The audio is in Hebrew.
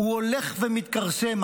הוא הולך ומתכרסם.